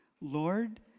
Lord